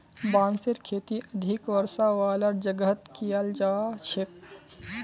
बांसेर खेती अधिक वर्षा वालार जगहत कियाल जा छेक